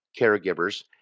caregivers